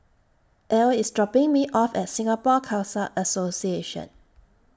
Ely IS dropping Me off At Singapore Khalsa Association